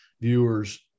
viewers